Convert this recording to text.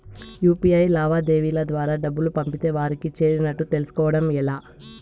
UPI లావాదేవీల ద్వారా డబ్బులు పంపితే వారికి చేరినట్టు తెలుస్కోవడం ఎలా?